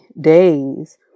days